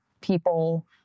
people